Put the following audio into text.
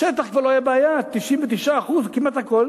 השטח כבר לא היה בעיה, 99% זה כמעט הכול.